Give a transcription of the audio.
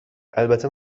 البته